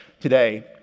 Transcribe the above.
today